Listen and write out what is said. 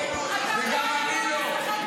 אתה צועק לי "יש לך דם על הידיים" --- וגם אני לא.